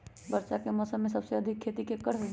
वर्षा के मौसम में सबसे अधिक खेती केकर होई?